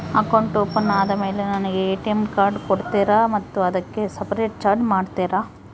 Account open ಆದಮೇಲೆ ನನಗೆ ATM card ಕೊಡ್ತೇರಾ ಮತ್ತು ಅದಕ್ಕೆ ಸಪರೇಟ್ ಚಾರ್ಜ್ ಮಾಡ್ತೇರಾ?